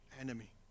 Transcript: Enemy